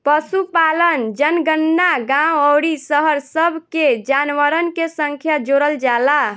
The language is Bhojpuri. पशुपालन जनगणना गांव अउरी शहर सब के जानवरन के संख्या जोड़ल जाला